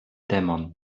demon